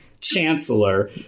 chancellor